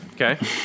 Okay